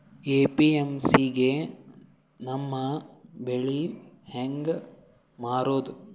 APMC ಗೆ ನಮ್ಮ ಬೆಳಿ ಹೆಂಗ ಮಾರೊದ?